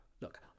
Look